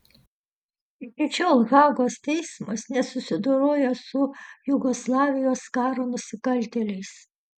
iki šiol hagos teismas nesusidoroja su jugoslavijos karo nusikaltėliais